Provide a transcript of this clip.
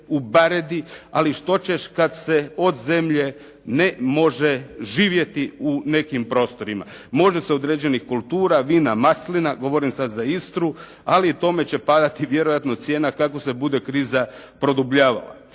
u «baredi» ali što ćeš kad se od zemlje ne može živjeti u nekim prostorima. Može se određenih kultura, vina, maslina, govorim sad za Istru ali tome će padati vjerojatno cijena kako se bude kriza produbljavala.